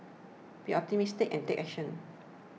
be optimistic and take action